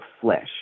flesh